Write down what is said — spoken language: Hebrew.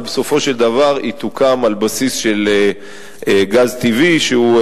ובסופו של דבר היא תוקם על בסיס של גז טבעי שהוא,